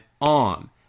on